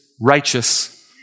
righteous